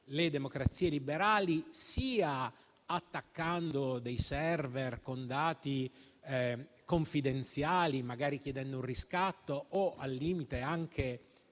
le democrazie liberali, ad esempio attaccando *server* con dati confidenziali, magari chiedendo un riscatto o, al limite,